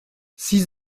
six